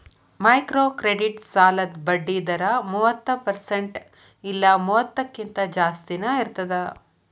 microcredit ಸಾಲದ್ ಬಡ್ಡಿ ದರ ಮೂವತ್ತ ಪರ್ಸೆಂಟ್ ಇಲ್ಲಾ ಮೂವತ್ತಕ್ಕಿಂತ ಜಾಸ್ತಿನಾ ಇರ್ತದ